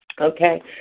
Okay